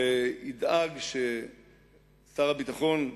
וידאג ששר הביטחון,